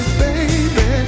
baby